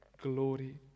glory